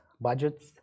budgets